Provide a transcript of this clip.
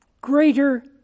greater